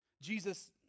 Jesus